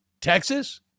texas